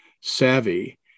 savvy